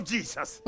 Jesus